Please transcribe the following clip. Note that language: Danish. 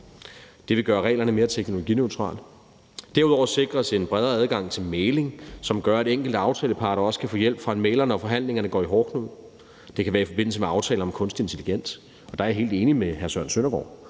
Det vil gøre reglerne mere teknologineutrale. Derudover sikres en bedre adgang til mægling, som gør, at de enkelte aftaleparter også kan få hjælp fra en mægler, når forhandlingerne går i hårdknude. Det kan være i forbindelse med aftaler om kunstig intelligens. Og der jeg helt enig med hr. Søren Søndergaard